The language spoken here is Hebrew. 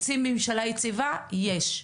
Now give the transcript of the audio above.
רוצים ממשלה יציבה יש.